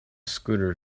scooter